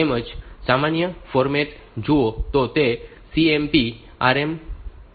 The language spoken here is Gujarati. જેમ કે સામાન્ય ફોર્મેટ જુઓ તો તે CMP RM છે